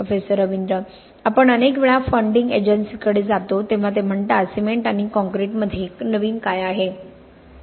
professor Ravindra आपण अनेकवेळा funding एजन्सीकडे जातो तेव्हा ते म्हणतात सिमेंट आणि काँक्रीटमध्ये नवीन काय आहे